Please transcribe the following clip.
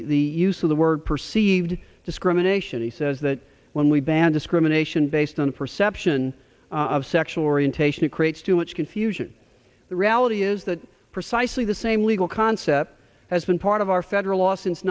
the use of the word perceived discrimination he says that when we ban discrimination based on perception of sexual orientation it creates too much confusion the reality is that precisely the same legal concept has been part of our federal law since